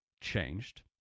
changed